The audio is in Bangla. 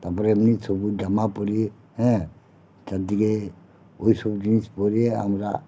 তারপর এমনি সবুজ জামা পরি হ্যাঁ চারদিকে ওই সব জিনিস পরে আমরা